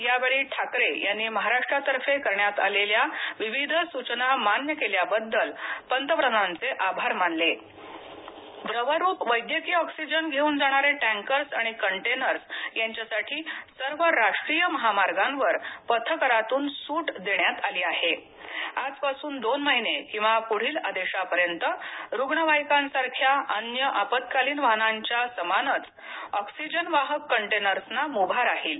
यावेळी ठाकरे यांनी महाराष्ट्रतर्फे करण्यात आलेल्या विविध सूचना मान्य केल्याबद्दल पंतप्रधानांचे आभार मानले राष्ट्रीय महामार्ग द्रवरुप वैद्यकीय ऑक्सीजन घेऊन जाणारे टँकर्स आणि कंटेनर्स यांच्यासाठी सर्व राष्ट्रीय महामार्गांवर पथकरातून सूट देण्यात आली आहे आजपासून दोन महिने किंवा पुढील आदेशांपर्यंत रुग्णवाहिकांसारख्या अन्य आपत्कालीन वाहनांच्या समानच ऑक्सीजन वाहक कंटेनर्सना मुभा राहील